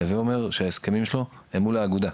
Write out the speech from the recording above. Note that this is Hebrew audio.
הווה אומר שההסכמים שלו הם מול האגודה.